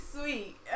sweet